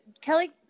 Kelly